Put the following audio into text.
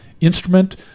instrument